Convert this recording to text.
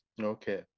okay